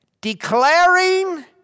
Declaring